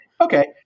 Okay